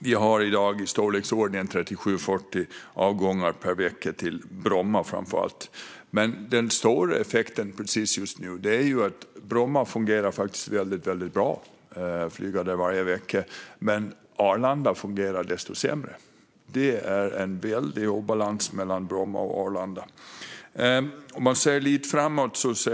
Vi har i dag i storleksordningen 37-40 avgångar per vecka till framför allt Bromma. Bromma fungerar väldigt bra - jag flyger där varje vecka - men Arlanda fungerar desto sämre. Det är en stor obalans mellan Bromma och Arlanda.